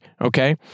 okay